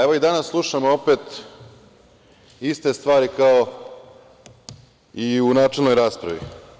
Evo, i danas slušamo opet iste stvari kao i u načelnoj raspravi.